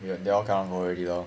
then they all cannot go already lor